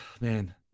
man